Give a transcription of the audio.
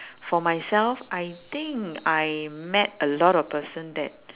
for myself I think I met a lot of person that